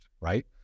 right